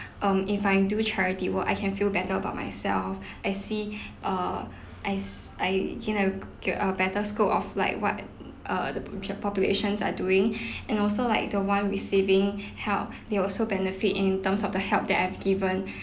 um if I do charity work I can feel better about myself I see uh I s~ I kind of get a better scope of like what uh the popu~ populations are doing and also like the one receiving help they also benefit in terms of the help that I've given